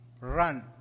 run